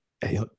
hey